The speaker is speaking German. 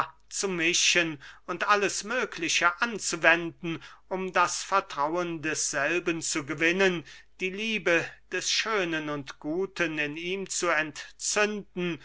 zu mischen und alles mögliche anzuwenden um das vertrauen desselben zu gewinnen die liebe des schönen und guten in ihm zu entzünden